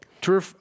True